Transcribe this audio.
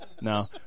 no